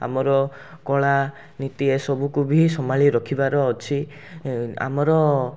ଆମର କଳା ନୀତି ଏସବୁକୁ ବି ସମ୍ଭାଳି ରଖିବାର ଅଛି ଏ ଆମର